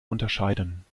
unterscheiden